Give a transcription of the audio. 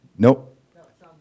nope